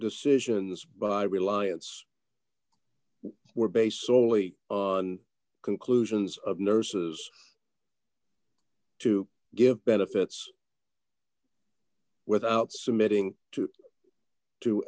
decisions by reliance were based solely on conclusions of nurses to give benefits without submitting to to